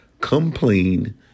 Complain